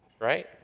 Right